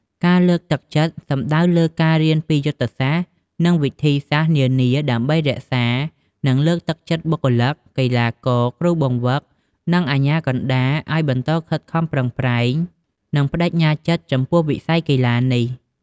ការលើកទឹកចិត្តសំដៅលើការ រៀនពីយុទ្ធសាស្ត្រ និងវិធីសាស្រ្តនានាដើម្បីរក្សា និងលើកទឹកចិត្តបុគ្គលិក កីឡាករ គ្រូបង្វឹក និងអាជ្ញាកណ្តាលឲ្យបន្តខិតខំប្រឹងប្រែង និងប្តេជ្ញាចិត្តចំពោះវិស័យកីឡានេះ។